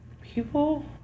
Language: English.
People